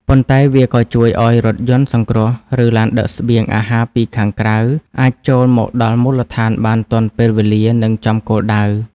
ប៉ុន្តែវាក៏ជួយឱ្យរថយន្តសង្គ្រោះ ឬឡានដឹកស្បៀងអាហារពីខាងក្រៅ អាចចូលមកដល់មូលដ្ឋានបានទាន់ពេលវេលា និងចំគោលដៅ។